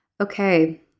okay